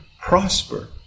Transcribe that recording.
prosper